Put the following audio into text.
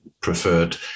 preferred